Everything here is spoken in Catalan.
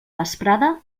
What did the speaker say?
vesprada